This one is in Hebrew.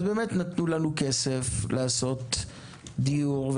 אז נתנו לנו כסף לעשות דיור,